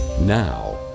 Now